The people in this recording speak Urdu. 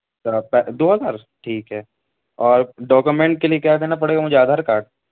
سر آپ کا دو ہزار ٹھیک ہے اور ڈاکومنٹ کے لیے کیا دینا پڑے گا مجھے آدھار کاڈ